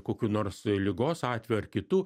kokių nors ligos atvejų ar kitų